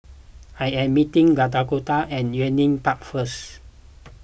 I am meeting Dakoda at Yunnan Park first